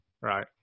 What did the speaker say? Right